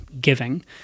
giving